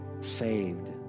saved